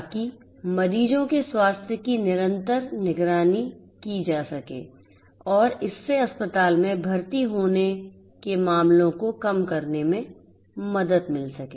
ताकि मरीजों के स्वास्थ्य की निरंतर निगरानी की जा सके और इससे अस्पताल में भर्ती होने के मामलों को कम करने में मदद मिल सके